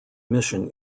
mission